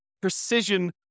precision